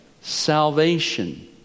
Salvation